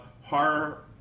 Horror